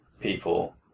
people